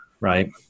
right